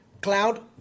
cloud